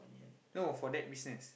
no for that business